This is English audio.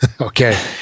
Okay